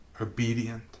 obedient